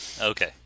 okay